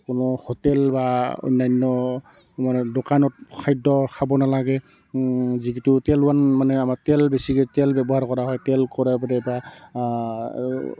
কোনো হোটেল বা অন্যান্য আমাৰ দোকানত খাদ্য খাব নালাগে যিটো তেল বান মানে আমাৰ তেল বেছিকৈ তেল ব্যৱহাৰ কৰা হয় তেল কৰে বা